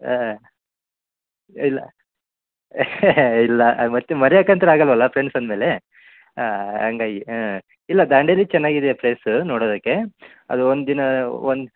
ಹಾಂ ಇಲ್ಲ ಇಲ್ಲ ಮತ್ತೆ ಮರ್ಯೋಕಂತು ಆಗಲ್ಲವಲ್ಲ ಫ್ರೆಂಡ್ಸ್ ಅಂದಮೇಲೆ ಹಂಗಾಗಿ ಹಾಂ ಇಲ್ಲ ದಾಂಡೇಲಿ ಚೆನ್ನಾಗಿದೆ ಪ್ಲೇಸ್ ನೋಡೋದಕ್ಕೆ ಅದು ಒಂದು ದಿನ ಒಂದು